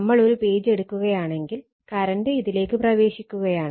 നമ്മൾ ഒരു പേജ് എടുക്കുകയാണെങ്കിൽ കറണ്ട് ഇതിലേക്ക് പ്രവേശിക്കുകയാണ്